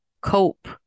cope